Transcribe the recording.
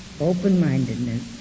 open-mindedness